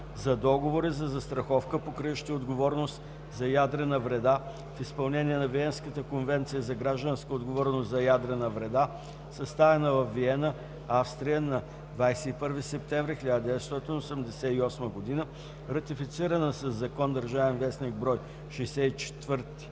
за договори за застраховка, покриващи отговорност за ядрена вреда, в изпълнение на Виенската конвенция за гражданска отговорност за ядрена вреда, съставена във Виена, Австрия на 21 септември 1988 г. (ратифицирана със закон – ДВ, бр. 64